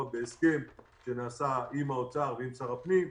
1 4 בהסכם שנעשה עם האוצר ועם שר הפנים.